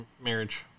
marriage